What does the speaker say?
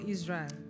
Israel